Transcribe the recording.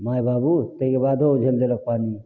माय बाबू तैके बादो उझलि देलक पानि